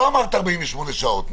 נכון, לא אמרת 48 שעות.